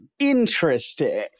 interesting